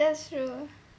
that's true